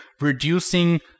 reducing